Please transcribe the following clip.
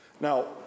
Now